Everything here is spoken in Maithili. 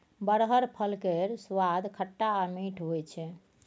बरहर फल केर सुआद खट्टा आ मीठ होइ छै